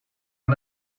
aan